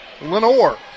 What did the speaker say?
Lenore